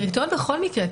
לדירקטוריון בכל מקרה.